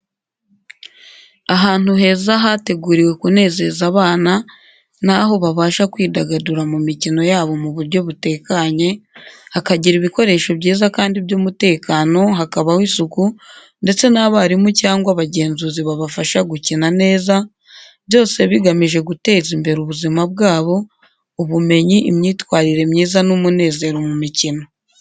Ahantu heza hateguriwe kunezeza abana ni aho babasha kwidagadura mu mikino yabo mu buryo butekanye, hakagira ibikoresho byiza kandi by’umutekano, hakabaho isuku, ndetse n’abarimu cyangwa abagenzuzi babafasha gukina neza, byose bigamije guteza imbere ubuzima bwabo, ubumenyi, imyitwarire myiza, n’umunezero mu mikino.